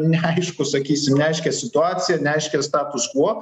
neaiškų sakysim neaiškią situaciją neaiškią status kuo